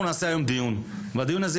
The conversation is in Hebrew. נערוך היום דיון מעניין,